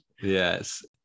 Yes